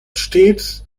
stets